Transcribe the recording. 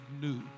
new